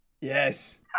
Yes